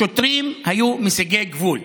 השוטרים היו משיגי גבול,